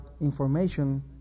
information